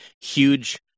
huge